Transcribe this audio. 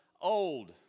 old